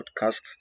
podcast